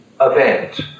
event